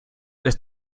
lässt